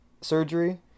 surgery